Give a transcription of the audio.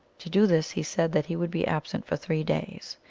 to do this he said that he would be absent for three days.